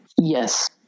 Yes